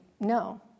no